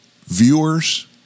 viewers